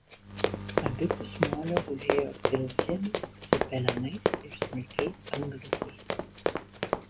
abipus molio gulėjo pilkžemis su pelenais ir smulkiais angliukais